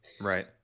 Right